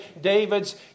David's